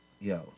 Yo